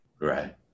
Right